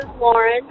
Lauren